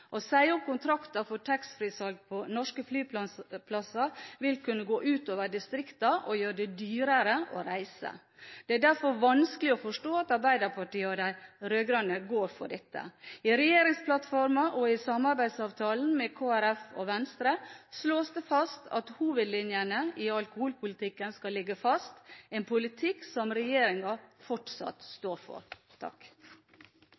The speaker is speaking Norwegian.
Å si opp kontrakten for taxfree-salg på norske flyplasser vil kunne gå ut over distriktene og gjøre det dyrere å reise. Det er derfor vanskelig å forstå at Arbeiderpartiet og de rød-grønne går for dette. I regjeringsplattformen og i samarbeidsavtalen med Kristelig Folkeparti og Venstre slås det fast at hovedlinjene i alkoholpolitikken skal ligge fast – en politikk som regjeringen fortsatt